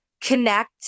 connect